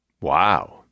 Wow